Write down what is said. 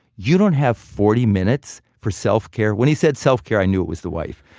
you don't have forty minutes for self care? when he said self care, i knew it was the wife.